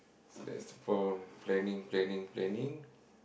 so that's the problem planning planning planning